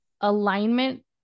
alignment